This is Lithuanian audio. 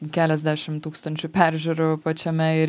keliasdešim tūkstančių peržiūrų pačiame ir